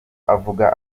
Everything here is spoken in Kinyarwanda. avuga